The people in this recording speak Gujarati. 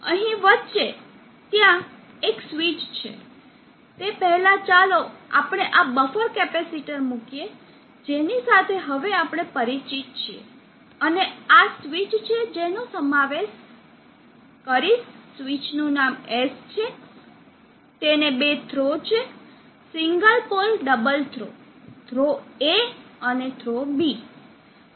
અહીં વચ્ચે ત્યાં એક સ્વીચ છે તે પહેલાં ચાલો આપણે આ બફર કેપેસિટર મૂકીએ જેની સાથે હવે આપણે પરિચિત છીએ અને આ સ્વીચ છે જેનો હું સમાવેશ કરીશ સ્વીચનું નામ S છે તેને બે થ્રો છે single pole double throw throw A અને થ્રો B